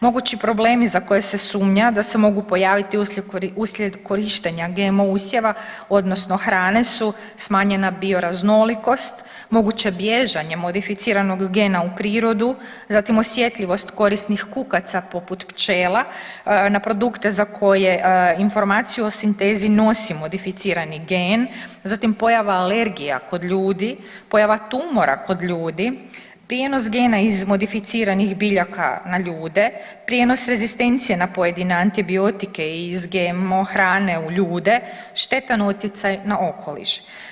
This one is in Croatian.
Mogući problemi za koje se sumnja da se mogu pojaviti uslijed korištenja GMO usjeva odnosno hrane su smanjena bioraznolikost, moguće bježanje modificiranog gena u prirodu, zatim osjetljivost korisnih kukaca poput pčela na produkte za koje informaciju o sintezi nosi modificirani gen, zatim pojava alergija kod ljudi, pojava tumora kod ljudi, prijenos gena iz modificiranih biljaka na ljude, prijenos rezistencije na pojedine antibiotike iz GMO hrane u ljude, štetan utjecaj na okoliš.